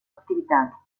activitat